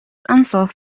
unsolved